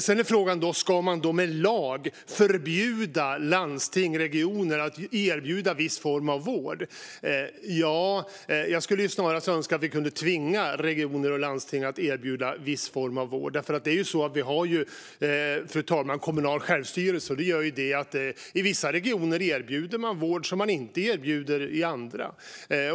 Sedan är frågan: Ska man med lag förbjuda landsting, regioner, att erbjuda viss form av vård? Jag skulle snarare önska att vi kunde tvinga regioner och landsting att erbjuda viss form av vård. Vi har ju, fru talman, kommunal självstyrelse, och det gör att man i vissa regioner erbjuder vård som man inte erbjuder i andra.